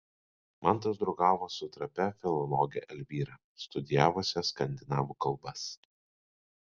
mantas draugavo su trapia filologe elvyra studijavusia skandinavų kalbas